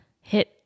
hit